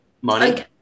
Money